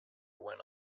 went